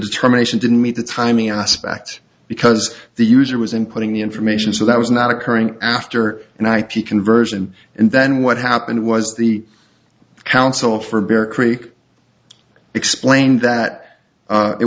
determination didn't meet the timing aspect because the user was in putting the information so that was not occurring after an ip conversion and then what happened was the counsel for bear creek explained that they